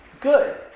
good